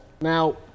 Now